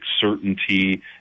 certainty